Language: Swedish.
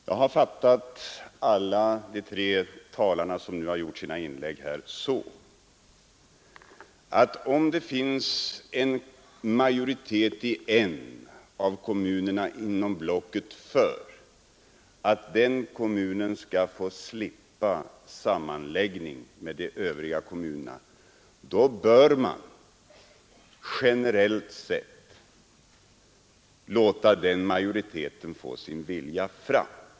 Jag har fattat alla de tre talare som gjort inlägg efter mitt första anförande så, att om det finns en majoritet i en av kommunerna inom blocket för att den kommunen skall få slippa sammanläggning med de övriga kommunerna, så bör man generellt sett låta den majoriteten få sin vilja fram.